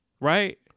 right